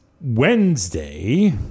Wednesday